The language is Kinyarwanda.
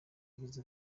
yagize